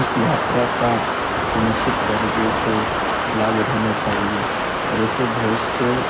उस यात्रा का सुनिश्चित तरीके से लाभ उठाना चाहिए और ऐसे बहुत से